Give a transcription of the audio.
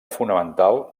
fonamental